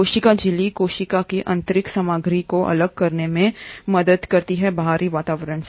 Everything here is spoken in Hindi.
कोशिका झिल्ली कोशिका की आंतरिक सामग्री को अलग करने में मदद करती है बाहरी वातावरण